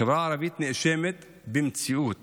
החברה הערבית נאשמת במציאות